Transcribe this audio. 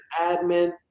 admin